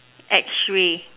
X ray